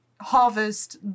harvest